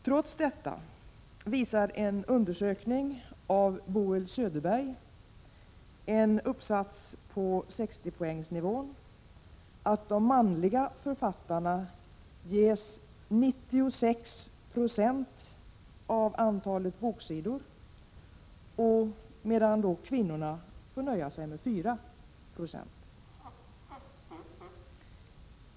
Trots detta visar en undersökning av Boel Söderbergh — en uppsats på 60-poängsnivån — att de manliga författarna ges 96 96 av antalet boksidor, medan kvinnorna får nöja sig med 4 9.